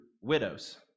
widows